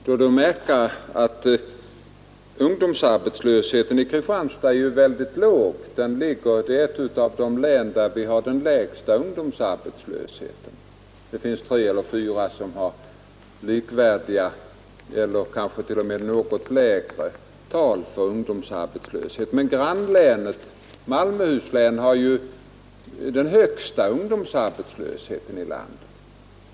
Det är att märka att ungdomsarbetslösheten i Kristianstads län är mycket låg. Det är ett av de län där man har den lägsta ungdomsarbetslösheten, även om det finns tre eller fyra andra län som kan visa upp likvärdiga siffror eller kanske t.o.m. något lägre i fråga om ungdomsarbetslöshet. Grannlänet, Malmöhus län, har den högsta ungdomsarbetslösheten i landet.